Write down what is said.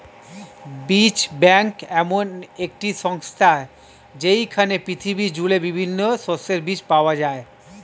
বীজ ব্যাংক এমন একটি সংস্থা যেইখানে পৃথিবী জুড়ে বিভিন্ন শস্যের বীজ পাওয়া যায়